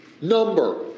number